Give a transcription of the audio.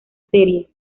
serie